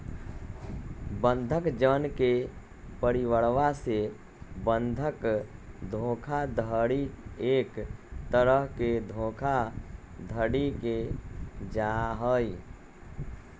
बंधक जन के परिवरवा से बंधक धोखाधडी एक तरह के धोखाधडी के जाहई